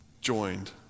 joined